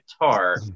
guitar